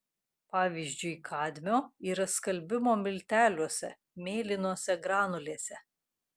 pavyzdžiui kadmio yra skalbimo milteliuose mėlynose granulėse